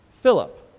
Philip